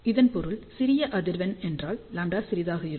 இதன் பொருள் சிறிய அதிர்வெண் என்றால் λ சிறியதாக இருக்கும்